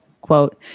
quote